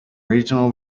regional